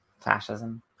fascism